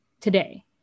today